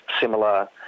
similar